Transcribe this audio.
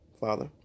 Father